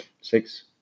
six –